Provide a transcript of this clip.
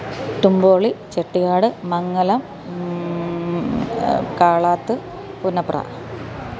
Tumboli Chattikad Mangalam Kalath Punnapra